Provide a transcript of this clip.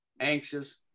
anxious